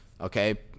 Okay